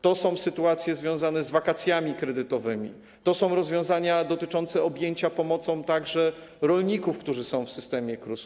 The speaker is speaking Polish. To są sytuacje związane z wakacjami kredytowymi, to są rozwiązania dotyczące objęcia pomocą także rolników, którzy są w systemie KRUS-u.